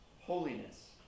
holiness